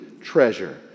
treasure